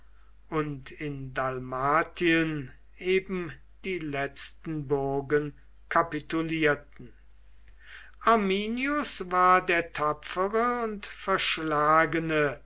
und in dalmatien eben die letzten burgen kapitulierten arminius war der tapfere und verschlagene